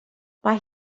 mae